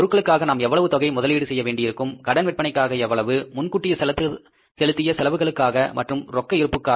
பொருட்களுக்காக நாம் எவ்வளவு தொகையை முதலீடு செய்ய வேண்டியிருக்கும் கடன் விற்பனைக்காக எவ்வளவு முன்கூட்டி செலுத்திய செலவுகளுக்காக மற்றும் ரொக்க இருப்புக்காக